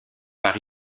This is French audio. par